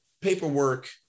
paperwork